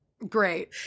great